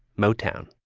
motown.